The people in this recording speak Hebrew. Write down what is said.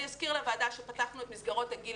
אני אזכיר לוועדה שפתחנו את מסגרות לגיל